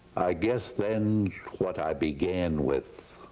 guess then what i began with